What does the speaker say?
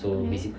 mm